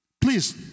Please